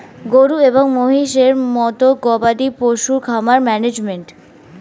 গরু এবং মহিষের মতো গবাদি পশুর খামার ম্যানেজমেন্ট